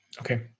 Okay